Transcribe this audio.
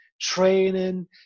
training